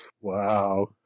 Wow